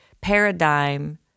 paradigm